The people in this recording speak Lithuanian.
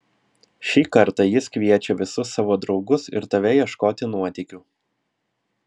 šį kartą jis kviečia visus savo draugus ir tave ieškoti nuotykių